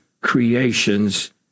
creations